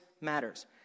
matters